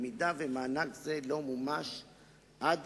אם מענק זה לא מומש עד